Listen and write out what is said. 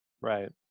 Right